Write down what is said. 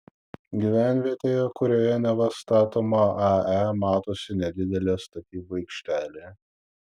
gyvenvietėje kurioje neva statoma ae matosi nedidelė statybų aikštelė